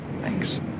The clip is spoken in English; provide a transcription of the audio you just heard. Thanks